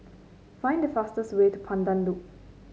find the fastest way to Pandan Loop